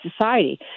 society